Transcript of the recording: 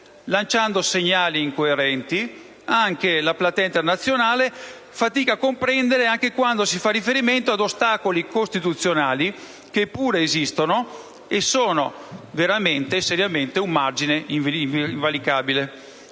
lanciando segnali incoerenti. La platea internazionale fatica a comprendere anche quando si fa riferimento a ostacoli costituzionali, che pure esistono, e che sono veramente e seriamente un margine invalicabile.